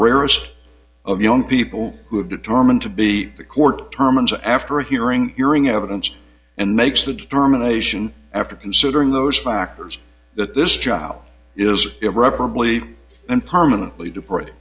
rarest of young people who have determined to be the court terms after hearing hearing evidence and makes the determination after considering those factors that this trial is irreparably and permanently deployed